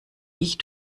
ich